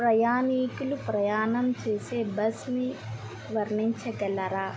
ప్రయాణీకులు ప్రయాణం చేసే బస్ని వర్ణించగలరా